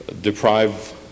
deprive